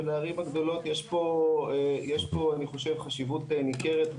ולערים הגדולות יש פה אני חושב חשיבות ניכרת,